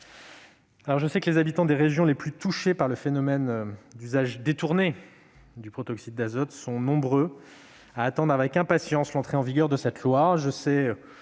Je sais que les habitants des régions les plus touchées par le phénomène d'usage détourné du protoxyde d'azote sont nombreux à attendre avec impatience l'entrée en vigueur de cette loi.